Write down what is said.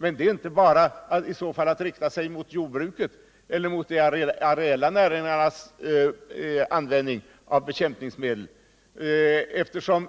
Men det räcker inte med att riksdagen går emot jordbruket eller de areella näringarnas användning av bekämpningsmedel, eftersom